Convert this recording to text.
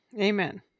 Amen